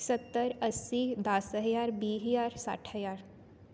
ਸੱਤਰ ਅੱਸੀ ਦਸ ਹਜ਼ਾਰ ਵੀਹ ਹਜ਼ਾਰ ਸੱਠ ਹਜ਼ਾਰ